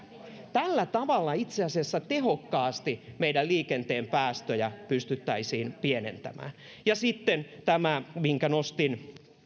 tällä tavalla itse asiassa meidän liikenteen päästöjä pystyttäisiin tehokkaasti pienentämään ja sitten on tämä minkä nostin